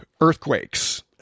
earthquakes